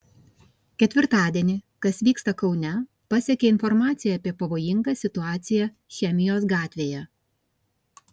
ketvirtadienį kas vyksta kaune pasiekė informacija apie pavojingą situaciją chemijos gatvėje